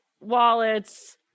wallets